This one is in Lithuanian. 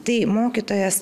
tai mokytojas